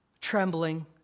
trembling